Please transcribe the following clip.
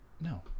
No